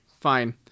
fine